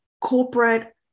corporate